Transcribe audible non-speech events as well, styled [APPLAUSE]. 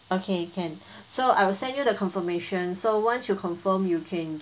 okay can [BREATH] so I will send you the confirmation so once you confirm you can